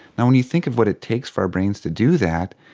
and when you think of what it takes for our brains to do that,